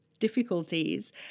difficulties